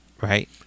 right